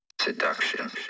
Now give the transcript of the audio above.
seduction